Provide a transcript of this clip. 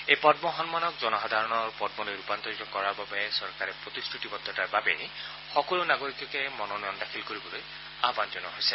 এই পদ্ম সন্মানক জনসাধাৰণৰ পল্ললৈ ৰূপান্তৰিত কৰাৰ বাবে চৰকাৰৰ প্ৰতিশ্ৰতিবদ্ধতাৰ বাবেই সকলো নাগৰিককে মনোনয়ন দাখিল কৰিবলৈ আহ্বান জনোৱা হৈছে